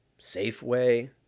Safeway